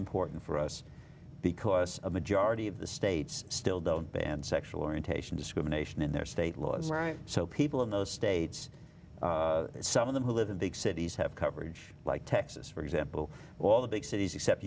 important for us because a majority of the states still don't ban sexual orientation discrimination in their state laws so people in those states some of them who live in big cities have coverage like texas for example all the big cities except